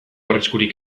arriskurik